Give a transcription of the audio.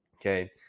okay